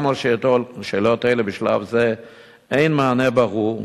גם על שאלות אלה בשלב זה אין מענה ברור,